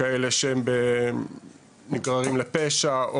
לכאלו שהולכים לפשע,